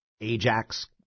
Ajax